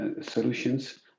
solutions